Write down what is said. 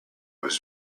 was